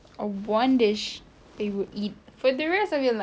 or one dish they would eat for the rest of your life